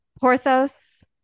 Porthos